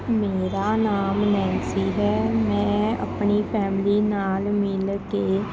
ਮੇਰਾ ਨਾਮ ਨੈਨਸੀ ਹੈ ਮੈਂ ਆਪਣੀ ਫੈਮਲੀ ਨਾਲ ਮਿਲ ਕੇ